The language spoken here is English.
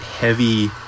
heavy